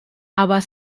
aber